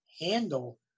handle